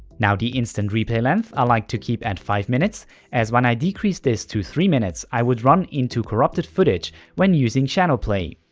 now the instant replay length i like to keep at five minutes as when i decreased this to three minutes i would run into corrupted footage when using shadowplay.